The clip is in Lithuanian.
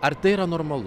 ar tai yra normalu